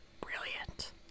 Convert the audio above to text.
Brilliant